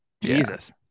Jesus